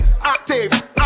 active